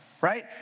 right